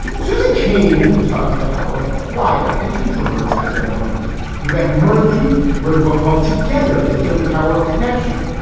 susan cain taught us the power of quiet and introverts had their moment vivek murthy wrote a book called together the killing power of connection.